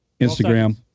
Instagram